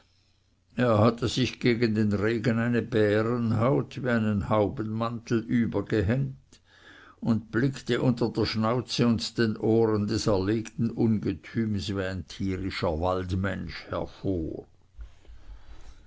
er hatte sich gegen den regen eine bärenhaut wie einen haubenmantel übergehängt und blickte unter der schnauze und den ohren des erlegten ungetüms wie ein tierischer waldmensch hervor